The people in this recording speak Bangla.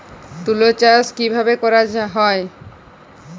তুলো চাষ কিভাবে করা হয়?